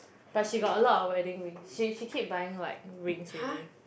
but she got a lot of wedding rings she she keep buying like rings already